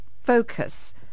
focus